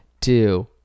two